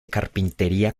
carpintería